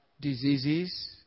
diseases